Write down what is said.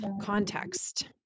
context